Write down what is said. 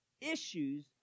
issues